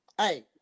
hey